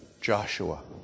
Joshua